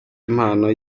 impano